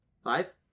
Five